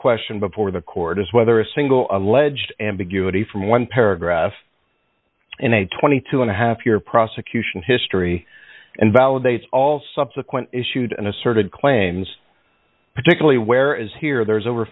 question before the court is whether a single alleged ambiguity from one paragraph in a twenty two dollars and a half year prosecution history invalidates all subsequent issued and asserted claims particularly where as here there is over